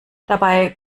dabei